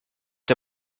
der